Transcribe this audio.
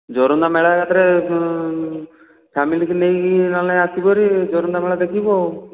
ଯୋରନ୍ଦା ମେଳା ଏକାଥରେ ଫ୍ୟାମିଲିକୁ ନେଇକି ନ ହେଲେ ଆସିବୁ ଭାରି ଯୋରନ୍ଦା ମେଳା ଦେଖିବୁ ଆଉ